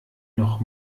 noch